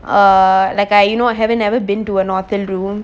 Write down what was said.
uh like I you know I haven't ever been to a motel room